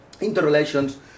interrelations